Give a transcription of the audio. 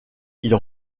ils